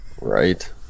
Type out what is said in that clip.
right